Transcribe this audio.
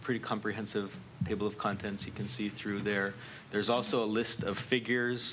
pretty comprehensive table of contents you can see through there there's also a list of figures